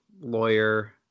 lawyer